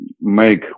make